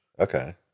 Okay